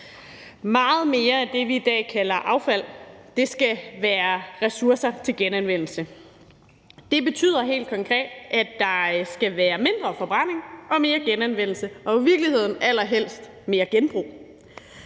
Meget mere af det, som vi i dag kalder affald, skal være ressourcer til genanvendelse. Det betyder helt konkret, at der skal være mindre forbrænding og mere genanvendelse og jo i virkeligheden allerhelst mere genbrug.